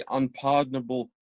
unpardonable